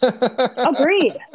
Agreed